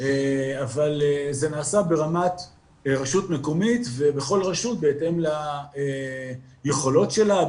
אבל זה נעשה ברמת רשות מקומית ובכל רשות בהתאם ליכולות שלה,